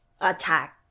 attack